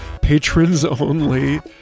patrons-only